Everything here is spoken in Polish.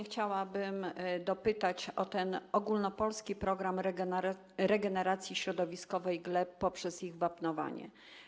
Chciałabym dopytać o ten ogólnopolski program regeneracji środowiskowej gleb poprzez ich wapnowanie.